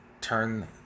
turn